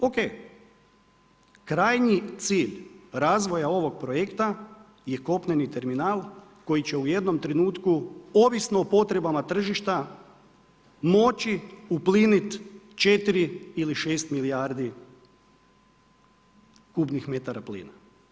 Ok, krajnji cilj razvoja ovog projekta je kopneni terminal koji će u jednom trenutku ovisno o potrebama tržišta, moći upliniti 4 ili 6 milijarde kubnih metara plina.